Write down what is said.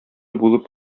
булып